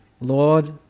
Lord